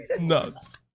Nuts